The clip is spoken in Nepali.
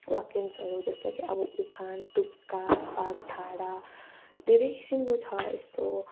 वाक्यांशहरू जस्तै कि अब उखान तुक्का वाग्धारा धेरै किसिमको छ यस्तो